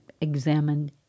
examined